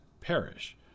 perish